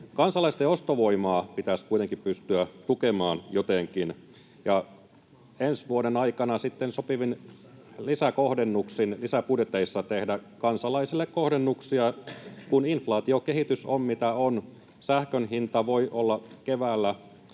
Kansalaisten ostovoimaa pitäisi kuitenkin pystyä tukemaan jotenkin ja ensi vuoden aikana sitten sopivin lisäkohdennuksin lisäbudjeteissa tehdä kansalaisille kohdennuksia, kun inf-laatiokehitys on mitä on, sähkön hinta voi olla kevättalvella